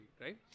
right